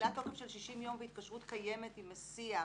תחילת תוקף של 60 יום בהתקשרות קיימת עם מסיע,